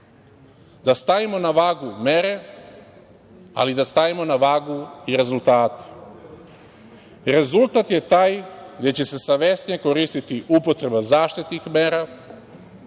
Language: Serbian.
da stavimo na vagu mere, ali da stavimo na vagu i rezultate. Rezultat je taj gde će se savesnije koristiti upotreba zaštitnih mera,